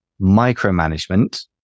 micromanagement